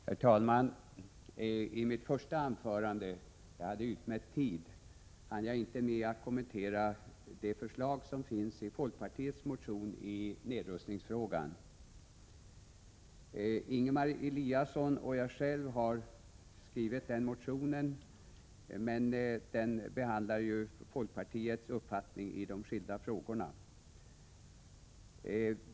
Herr talman! I mitt första anförande, då jag hade utmätt tid, hann jag inte kommentera det förslag som finns i folkpartiets motion i nedrustningsfrågan. Ingemar Eliasson och jag har skrivit denna motion, men den behandlar ju folkpartiets uppfattning i de skilda frågorna.